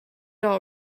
all